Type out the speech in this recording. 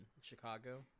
Chicago